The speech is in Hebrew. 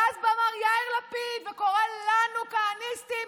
ואז בא מר יאיר לפיד וקורא לנו כהניסטים.